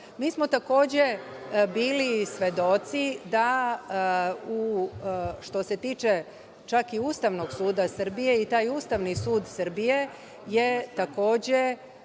smo takođe bili i svedoci, što se tiče čak i Ustavnog suda Srbije i taj Ustavni sud Srbije je, takođe,